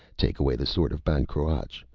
take away the sword of ban cruach!